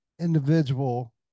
individual